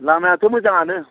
लामायाथ' मोजांआनो